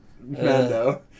Mando